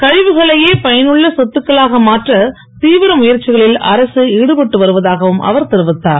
கழவுகளையே பயனுள்ள சொத்துக்களாக மாற்ற தீவிர முயற்சிகளில் அரசு ஈடுபட்டு வருவதாகவும் அவர் தெரிவித்தார்